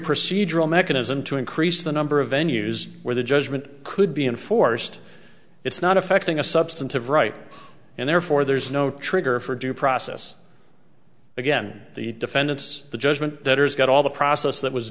procedural mechanism to increase the number of venues where the judgement could be enforced it's not affecting a substantive right and therefore there's no trigger for due process again the defendants the judgment that has got all the process that was